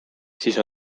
siis